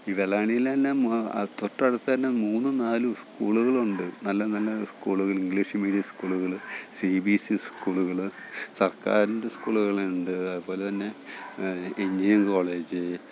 ഈ വെള്ളായണിയിൽ തന്നെ തൊട്ടടുത്ത് തന്നെ മൂന്ന് നാല് സ്കൂളുകളുണ്ട് നല്ല നല്ല സ്കൂള്കൾ ഇങ്ക്ളീഷ് മീഡ്യം സ്കൂള്കൾ സി ബി എസ് ഇ സ്കൂളുകൾ സർക്കാരിൻ്റെ സ്കൂള്കളുണ്ട് അത്പോലെ തന്നെ എഞ്ചിനീയറിങ് കോളേജ്